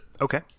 Okay